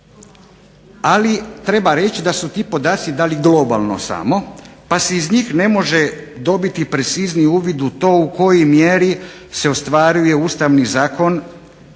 ali treba reći da su ti podaci dani globalni samo pa se iz njih ne može dobiti precizniji uvid u to u kojoj mjeri se ostvaruje Ustavnim zakonom